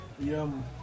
yum